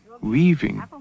weaving